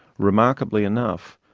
remarkably enough,